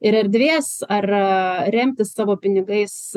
ir erdvės ar remti savo pinigais